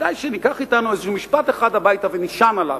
כדאי שניקח אתנו איזה משפט אחד הביתה ונישן עליו,